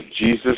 Jesus